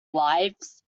lives